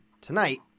tonight